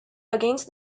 against